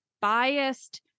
biased